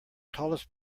tallest